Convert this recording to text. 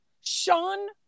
Sean